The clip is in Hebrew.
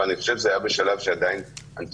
אבל אני חושב שזה היה בשלב שעדיין הנתונים